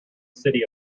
city